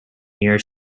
near